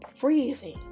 breathing